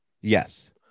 Yes